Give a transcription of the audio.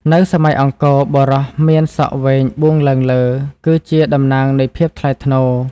នៅសម័យអង្គរ បុរសមានសក់វែងបួងឡើងលើ គឺជាតំណាងនៃភាពថ្លៃថ្នូរ។